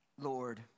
Lord